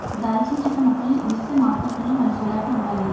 దాల్చిన చెక్క మొక్కలని ఊడిస్తే మారకొట్టులో మంచి గిరాకీ వుంటాది